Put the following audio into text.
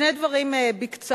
שני דברים בקצרה.